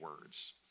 words